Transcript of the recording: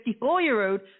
54-year-old